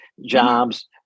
Jobs